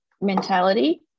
mentality